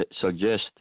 suggest